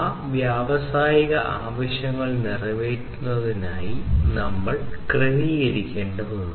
ആ വ്യാവസായിക ആവശ്യങ്ങൾ നിറവേറ്റുന്നതിനായി നമ്മൾ ക്രമീകരിക്കേണ്ടതുണ്ട്